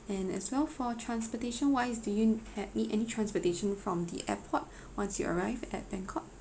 and as well for transportation wise do you n~ ha~ need any transportation from the airport once you arrive at bangkok